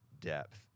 depth